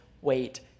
wait